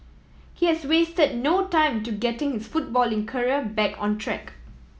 he has wasted no time to getting his footballing career back on track